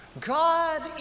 God